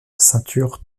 ceinture